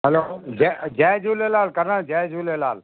हलो जय जय झूलेलाल करन जय झूलेलाल